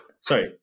sorry